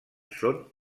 són